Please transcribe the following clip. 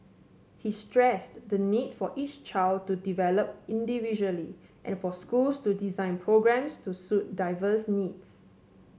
he stressed the need for each child to develop individually and for schools to design programmes to suit diverse needs